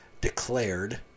declared